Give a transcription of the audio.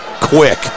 quick